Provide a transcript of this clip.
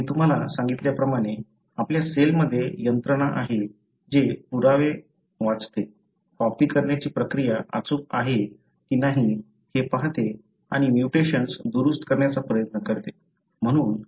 मी तुम्हाला सांगितल्याप्रमाणे आपल्या सेलमध्ये यंत्रणा आहेत जे पुरावे वाचते कॉपी करण्याची प्रक्रिया अचूक आहे की नाही हे पाहते आणि म्युटेशन्स दुरुस्त करण्याचा प्रयत्न करते